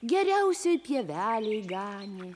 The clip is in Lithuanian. geriausioj pievelėj ganė